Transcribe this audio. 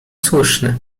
słuszne